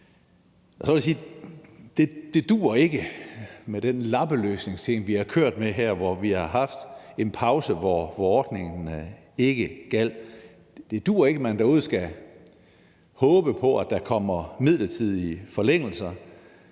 at det ikke duer med den lappeløsningsting, vi har kørt med her, hvor vi har haft en pause, hvor ordningen ikke gjaldt. Det duer ikke, at man derude skal håbe på, at der kommer midlertidige forlængelser,